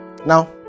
Now